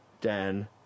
Dan